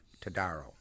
todaro